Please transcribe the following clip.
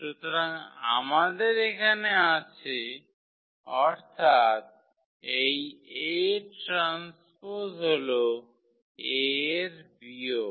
সুতরাং আমাদের এখানে আছে অর্থাৎ এই A ট্রান্সপোজ হল A এর বিয়োগ